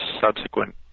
subsequent